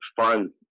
fun